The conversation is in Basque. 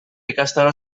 ikastaro